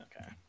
Okay